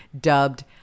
dubbed